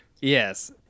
Yes